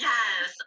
Yes